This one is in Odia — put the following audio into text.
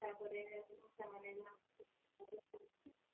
ତା'ପରେ ସେମାନେ ଯାହା